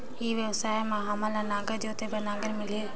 ई व्यवसाय मां हामन ला नागर जोते बार नागर मिलही?